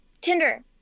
Tinder